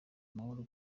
amahoro